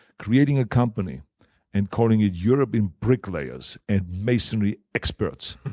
creating a company and calling it european bricklayers and masonry experts,